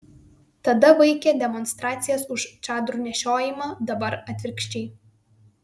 tada vaikė demonstracijas už čadrų nešiojimą dabar atvirkščiai